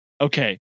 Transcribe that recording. Okay